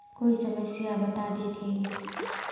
कोई समस्या बता देतहिन?